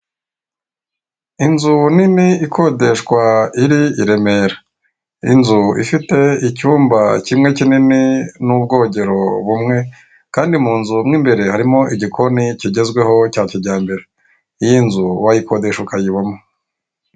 Inzu nini ikodeshwa iri i Remera inzu ifite icyumba kimwe kinini n'ubwogero bumwe kandi mu nzu mu imbere harimo igikoni kigezweho cya kijyambere, iyi nzu wayikodesha ukayibamo.